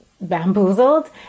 bamboozled